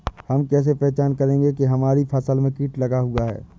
हम कैसे पहचान करेंगे की हमारी फसल में कीट लगा हुआ है?